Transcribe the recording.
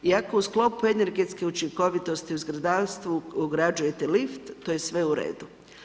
I ako u sklopu energetske učinkovitosti u zgradarstvu ograđujete lift to je sve u redu.